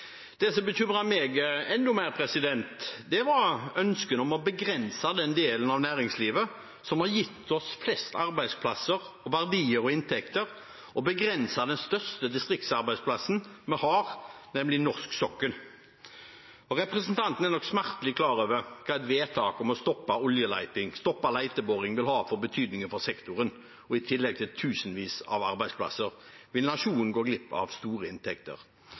Det som bekymrer meg enda mer, var ønsket om å begrense den delen av næringslivet som har gitt oss flest arbeidsplasser, verdier og inntekter, og begrense den største distriktsarbeidsplassen vi har, nemlig norsk sokkel. Representanten er nok smertelig klar over hva et vedtak om å stoppe oljeleting, stoppe leteboring, vil ha av betydning for sektoren. I tillegg til tusenvis av arbeidsplasser vil nasjonen gå glipp av store inntekter.